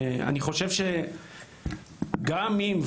שגם אם,